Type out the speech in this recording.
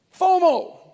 FOMO